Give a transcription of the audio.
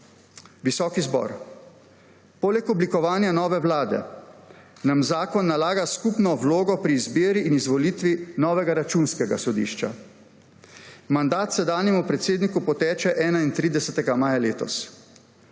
Visoki zbor! Poleg oblikovanja nove vlade, nam zakon nalaga skupno vlogo pri izbiri in izvolitvi novega predsednika Računskega sodišča. Mandat sedanjemu predsedniku poteče 31. maja letos.